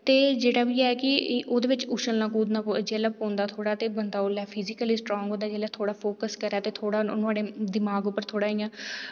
ते जेह्ड़ा बी ऐ कि ओह्दे बिच उच्छलना कुद्दना जेल्लै पौंदा थोह्ड़ा ते बंदा उल्लै फिजिकली स्ट्रांग होंदा जिल्लै थोह्ड़ा फोकस करै ते थोह्ड़ा नुआढ़े दिमाग उप्पर थोह्ड़ा इ'यां